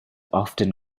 often